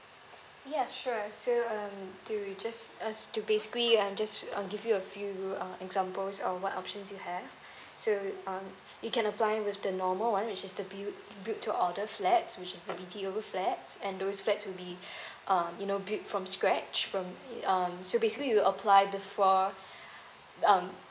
ya sure so um do you just uh just to basically um just I'll give you a few examples of what options you have so um you can apply with the normal one which is the bud~ build to order flats which is the B_T_O flats and those flats will be um you know build from scratch from um so basically you will apply before um